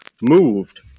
moved